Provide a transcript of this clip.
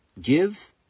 give